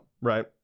Right